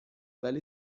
ولی